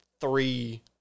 three